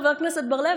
חבר הכנסת בר לב.